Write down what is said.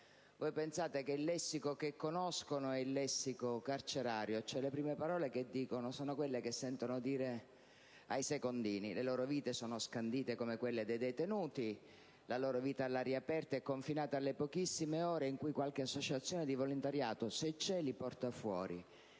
Basti pensare che il lessico che conoscono è quello carcerario e le prime parole che dicono sono quelle che sentono dire ai secondini. Le loro vite sono scandite come quelle dei detenuti, la loro vita all'aria aperta è confinata alle pochissime ore in cui qualche associazione di volontariato, se c'è, li porta fuori.